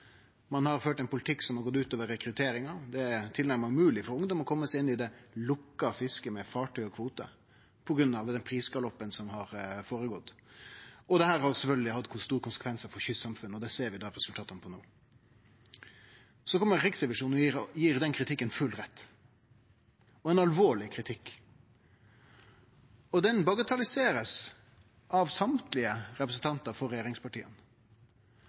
Ein har ført ein politikk som har gått ut over rekrutteringa. Det er tilnærma umogleg for ungdomar å kome seg inn i det lukka fisket med fartøy og kvote på grunn av den prisgaloppen som har gått føre seg. Dette har sjølvsagt hatt store konsekvensar for kystsamfunn, og det ser vi resultata av no. Så kjem Riksrevisjonen og gir oss fullstendig rett i den kritikken. Det er ein alvorleg kritikk, som blir bagatellisert av alle representantar for regjeringspartia,